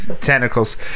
tentacles